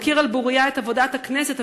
מכיר על בוריה את עבודת הכנסת,